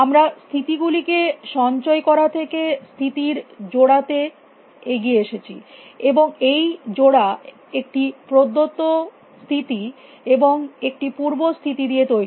আমরা স্থিতি গুলিকে সঞ্চয় করা থেকে স্থিতির জোড়া তে এগিয়ে এসেছি এবং এই জোড়া একটি প্রদত্ত স্থিতি এবং একটি পূর্ব স্থিতি দিয়ে তৈরী